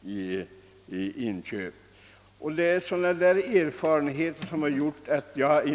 Det är erfarenhet av detta slag som gjort att jag